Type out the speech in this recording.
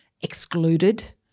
excluded